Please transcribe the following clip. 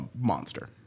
monster